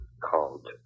called